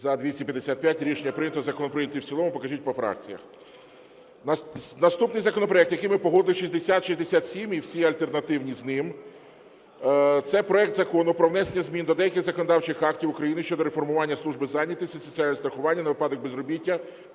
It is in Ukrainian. За-255 Рішення прийнято. Закон прийнятий в цілому. Покажіть по фракціях. Наступний законопроект, який ми погодили, 6067 і всі альтернативні з ним. Це проект Закону про внесення змін до деяких законодавчих актів України щодо реформування служби зайнятості, соціального страхування на випадок безробіття,